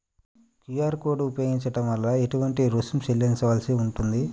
QR code ఉపయోగించటం వలన ఏటువంటి రుసుం చెల్లించవలసి ఉంటుంది?